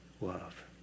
love